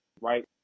right